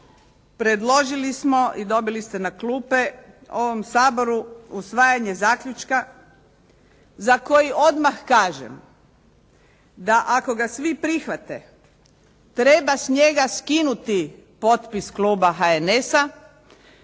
predložili smo i dobili ste na klupe u ovom Saboru usvajanje zaključka za koji odmah kažem da ako ga svi prihvate treba s njega skinuti potpis kluba HNS-a.